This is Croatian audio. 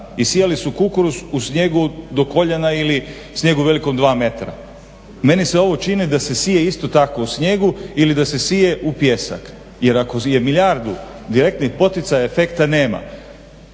I sijali su kukuruz u snijegu do koljena ili snijegu velikom 2 metra. Meni se ovo čini da se sije isto tako u snijegu ili da se sije u pijesak jer ako je milijardu direktnih poticaja efekta nema.